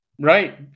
right